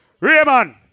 Raymond